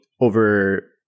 over